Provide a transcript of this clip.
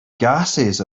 gases